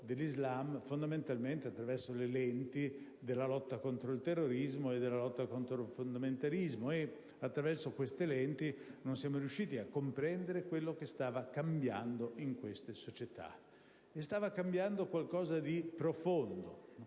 dell'Islam fondamentalmente attraverso le lenti della lotta contro il terrorismo e il fondamentalismo. Attraverso queste lenti non siamo riusciti a comprendere quanto stava cambiando in quelle società. Stava cambiando qualcosa di profondo.